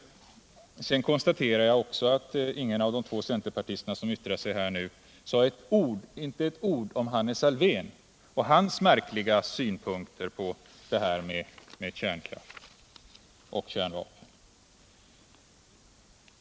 Sedan konstaterar jag också att ingen av de två centerpartister som yttrat sig sade ett ord om Hannes Alfvén och hans märkliga synpunkter på kärnkraften och kärnvapen.